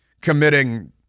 committing